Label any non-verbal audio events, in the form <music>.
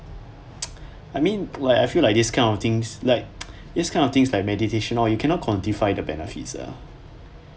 <noise> I mean like I feel like this kind of things like <noise> this kind of things like meditation lor you cannot quantify the benefits ah